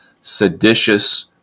Seditious